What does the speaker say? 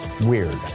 weird